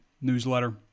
newsletter